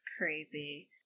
crazy